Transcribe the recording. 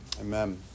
amen